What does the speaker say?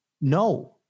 no